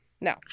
No